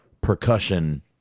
percussion